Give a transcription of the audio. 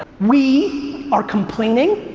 we are complaining,